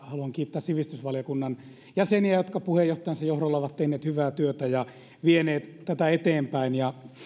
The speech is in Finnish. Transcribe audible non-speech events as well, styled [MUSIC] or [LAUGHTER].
[UNINTELLIGIBLE] haluan kiittää sivistysvaliokunnan jäseniä jotka puheenjohtajansa johdolla ovat tehneet hyvää työtä ja vieneet tätä eteenpäin ja